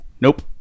Nope